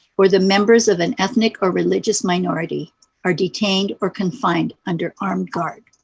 or the members of an ethnic or religious minority are detained or confined under armed guard.